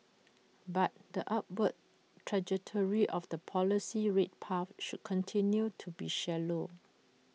but the upward trajectory of the policy rate path should continue to be shallow